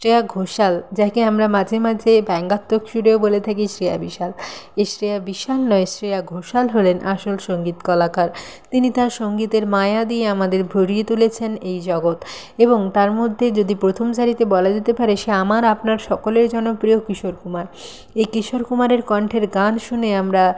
শ্রেয়া ঘোষাল যাঁকে আমরা মাঝে মাঝে ব্যঙ্গাত্মক সুরেও বলে থাকি শ্রেয়া বিশাল এই শ্রেয়া বিশাল নয় শ্রেয়া ঘোষাল হলেন আসল সঙ্গীত কলাকার তিনি তাঁর সঙ্গীতের মায়া দিয়ে আমাদের ভরিয়ে তুলেছেন এই জগৎ এবং তার মধ্যে যদি প্রথম সারিতে বলা যেতে পারে সে আমার আপনার সকলের জন্য প্রিয় কিশোর কুমার এই কিশোর কুমারের কণ্ঠের গান শুনে আমরা